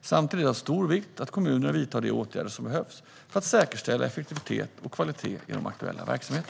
Samtidigt är det av stor vikt att kommunerna vidtar de åtgärder som behövs för att säkerställa effektivitet och kvalitet i de aktuella verksamheterna.